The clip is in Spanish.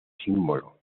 símbolo